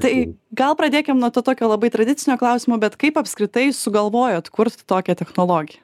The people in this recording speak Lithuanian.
tai gal pradėkim nuo tokio labai tradicinio klausimo bet kaip apskritai sugalvojot kurt tokią technologiją